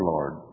Lord